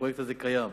הפרויקט הזה קיים.